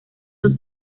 dos